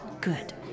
Good